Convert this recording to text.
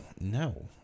no